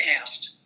asked